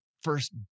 first